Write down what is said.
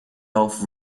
off